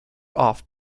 off